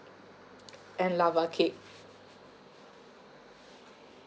and lava cake